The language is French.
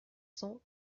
cents